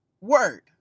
word